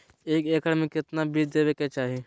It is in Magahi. एक एकड़ मे केतना बीज देवे के चाहि?